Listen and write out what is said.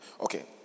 Okay